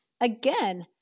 Again